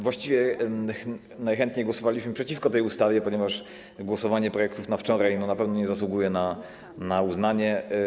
Właściwie najchętniej głosowalibyśmy przeciwko tej ustawie, ponieważ głosowanie nad projektami na wczoraj na pewno nie zasługuje na uznanie.